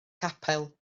capel